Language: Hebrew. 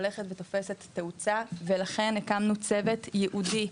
הולכת ותופסת תאוצה ולכן הקמנו צוות ייעודי,